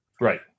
Right